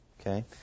Okay